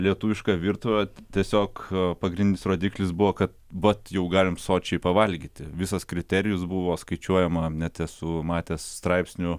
lietuviška virtuvė tiesiog pagrindinis rodiklis buvo kad vat jau galime sočiai pavalgyti visas kriterijus buvo skaičiuojama net esu matęs straipsnių